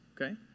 Okay